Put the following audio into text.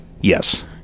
Yes